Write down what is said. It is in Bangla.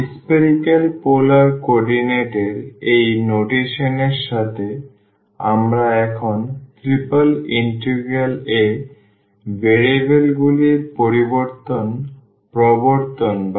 সুতরাং spherical পোলার কোঅর্ডিনেট এর এই নোটেশন এর সাথে আমরা এখন ট্রিপল ইন্টিগ্রাল এ ভেরিয়েবলগুলির পরিবর্তন প্রবর্তন করব